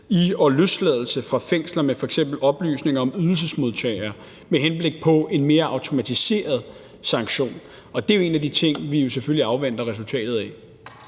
i og løsladelse fra fængsler med f.eks. oplysninger om ydelsesmodtagere med henblik på en mere automatiseret sanktion. Og det er jo en af de ting, vi selvfølgelig afventer resultatet af.